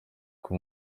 kuko